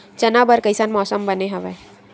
चना बर कइसन मौसम बने हवय?